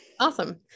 Awesome